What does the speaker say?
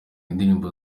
indirimbo